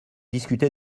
discuter